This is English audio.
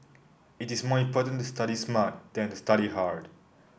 it is more important to study smart than to study hard